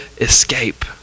escape